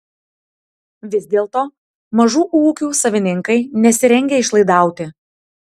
vis dėlto mažų ūkių savininkai nesirengia išlaidauti